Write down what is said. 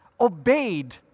obeyed